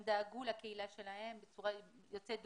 הם דאגו לקהילה שלהם בצורה יוצאת דופן,